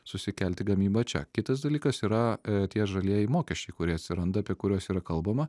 susikelti gamybą čia kitas dalykas yra tie žalieji mokesčiai kurie atsiranda apie kuriuos yra kalbama